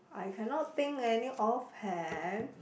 I cannot think any offhand